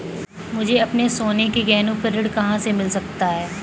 मुझे अपने सोने के गहनों पर ऋण कहाँ से मिल सकता है?